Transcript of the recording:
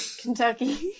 Kentucky